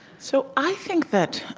so, i think that